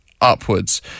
upwards